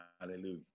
Hallelujah